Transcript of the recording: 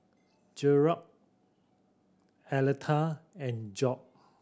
Gearld Aleta and Job